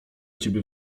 ciebie